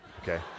Okay